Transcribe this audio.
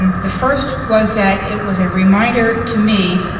um the first was that it was a reminder to me